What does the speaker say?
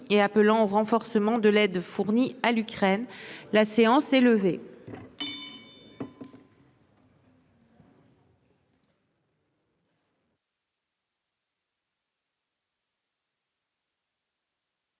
et appelant au renforcement de l'aide fournie à l'Ukraine. La séance est levée.